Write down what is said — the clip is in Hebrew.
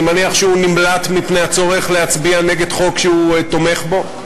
אני מניח שהוא נמלט מפני הצורך להצביע נגד חוק שהוא תומך בו.